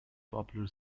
popular